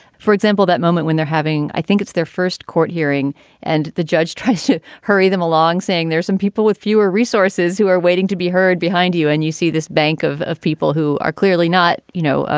for example, that moment when they're having i think it's their first court hearing and the judge tries to hurry them along, saying there's some people with fewer resources who are waiting to be heard behind you. and you see this bank of of people who are clearly not, you know, ah